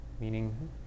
meaning